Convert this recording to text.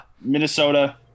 Minnesota